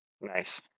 Nice